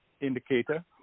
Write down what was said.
indicator